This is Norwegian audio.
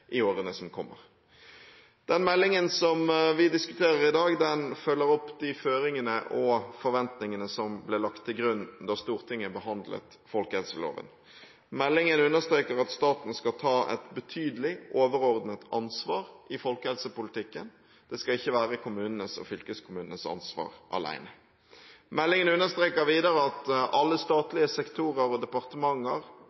i årene som kommer. Den meldingen vi diskuterer i dag, følger opp de føringene og forventningene som ble lagt til grunn da Stortinget behandlet folkehelseloven. Meldingen understreker at staten skal ta et betydelig overordnet ansvar i folkehelsepolitikken, det skal ikke være kommunene og fylkenes ansvar alene. Meldingen understreker videre at alle